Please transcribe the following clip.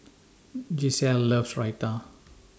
Gisselle loves Raita